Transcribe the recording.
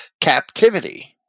captivity